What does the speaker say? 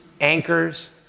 anchors